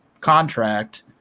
contract –